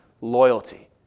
loyalty